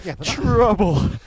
trouble